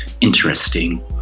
interesting